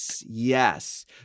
Yes